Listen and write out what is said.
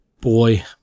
boy